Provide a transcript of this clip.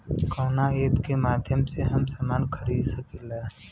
कवना ऐपके माध्यम से हम समान खरीद सकीला?